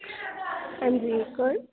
अंजी कुन्न